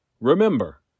Remember